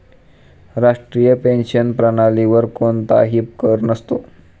राष्ट्रीय पेन्शन प्रणालीवर कोणताही कर नसतो